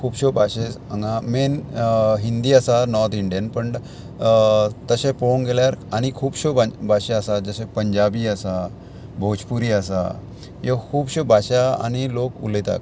खुबश्यो भाशेस हांगा मेन हिंदी आसा नॉर्थ इंडियन पण तशें पळोवंक गेल्यार आनी खुबश्यो भाशा आसात जशे पंजाबी आसा भोजपुरी आसा ह्यो खुबश्यो भाशा आनी लोक उलयतात